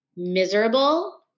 Miserable